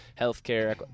healthcare